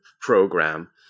program